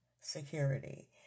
security